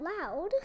loud